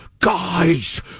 Guys